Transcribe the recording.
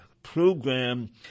program